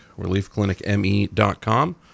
reliefclinicme.com